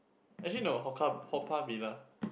actually no Haw~ Haw-Par-Villa